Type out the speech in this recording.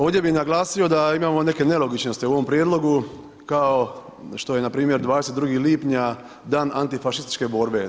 Ovdje bi naglasio da imamo neke nelogičnosti u ovom prijedlogu kao što je npr. 22. lipnja Dan antifašističke borbe.